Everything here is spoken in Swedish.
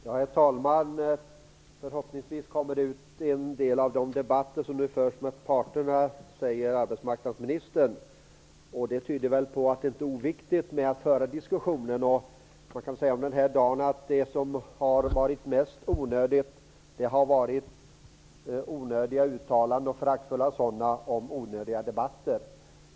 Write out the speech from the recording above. Herr talman! Arbetsmarknadsministern säger att det förhoppningsvis kommer ut en del av de debatter som nu förs med parterna. Det tyder väl på att det inte är oviktigt att föra denna diskussion. Man kan väl om den här dagen säga att det som varit mest onödigt har varit föraktfulla uttalanden om onödiga debatter.